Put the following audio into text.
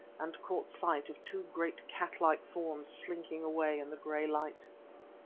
and caught sight of two great cat-like forms slinking away in the grey light.